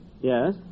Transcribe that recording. Yes